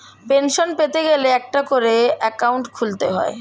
pension পেতে গেলে একটা করে অ্যাকাউন্ট খুলতে হয়